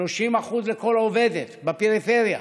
ו-30% כל עובדת בפריפריה,